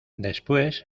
después